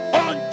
on